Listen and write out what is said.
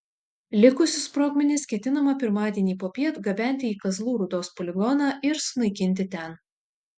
likusius sprogmenis ketinama pirmadienį popiet gabenti į kazlų rūdos poligoną ir sunaikinti ten